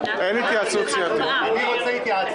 הכנסת, בהתאם